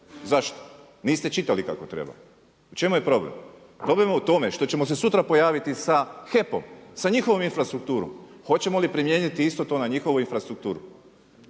Zašto? Niste čitali kako treba? U čemu je problem? Problem je u tome što ćemo se sutra pojaviti sa HEP-om, sa njihovom infrastrukturom. Hoćemo li primijeniti isto to na njihovu infrastrukturu?